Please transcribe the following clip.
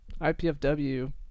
ipfw